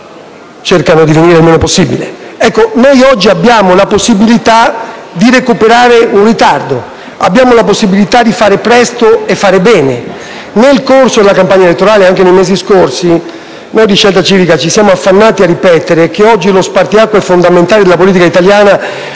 cercano di venire il meno possibile. Noi oggi abbiamo la possibilità di recuperare un ritardo. Abbiamo la possibilità di fare presto e fare bene. Nel corso della campagna elettorale ed anche nei mesi scorsi, noi di Scelta Civica per l'Italia ci siamo affannati a ripetere che oggi lo spartiacque fondamentale della politica italiana